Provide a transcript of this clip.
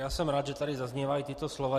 Já jsem rád, že tady zaznívají tato slova.